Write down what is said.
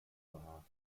war